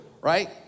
right